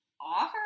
Offer